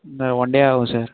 one day ஆகும் sir